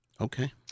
Okay